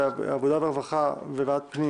בוועדת העבודה, הרווחה והבריאות, ובוועדת הפנים